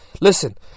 Listen